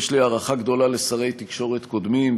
יש לי הערכה גדולה לשרי תקשורת קודמים,